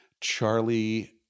Charlie